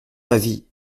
avis